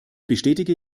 bestätige